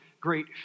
great